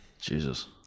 Jesus